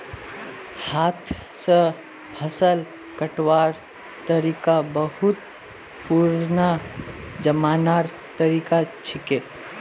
हाथ स फसल कटवार तरिका बहुत पुरना जमानार तरीका छिके